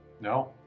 No